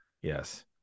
Yes